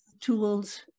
tools